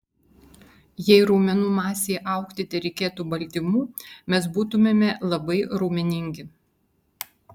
jei raumenų masei augti tereikėtų baltymų mes būtumėme labai raumeningi